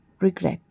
regret